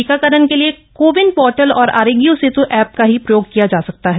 टीकाक्करण के लिए कोविन पोर्टल और आरोग्य सेत् ऐप का ही प्रयोग किया जा सकता है